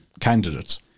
candidates